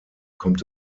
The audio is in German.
kommt